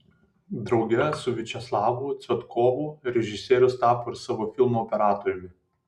drauge su viačeslavu cvetkovu režisierius tapo ir savo filmo operatoriumi